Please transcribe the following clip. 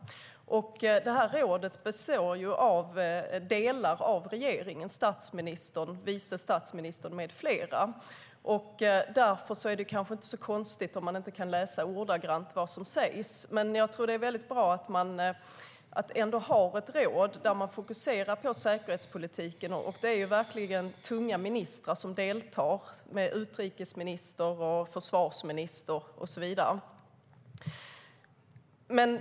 Rådet består av delar av regeringen - statsministern, vice statsministern med flera - och därför är det kanske inte så konstigt om man inte kan läsa ordagrant vad som sägs där. Jag tror att det är bra att vi ändå har ett råd där man fokuserar på säkerhetspolitiken, och det är ju verkligen tunga ministrar som deltar. Det är utrikesministern, försvarsministern och så vidare.